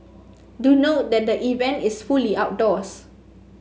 do note that the event is fully outdoors